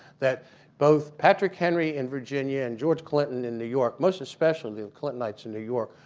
that both patrick henry in virginia and george clinton in new york, most especially the clintonites in new york,